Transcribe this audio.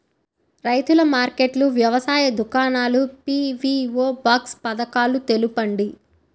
రైతుల మార్కెట్లు, వ్యవసాయ దుకాణాలు, పీ.వీ.ఓ బాక్స్ పథకాలు తెలుపండి?